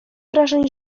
wrażeń